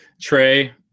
Trey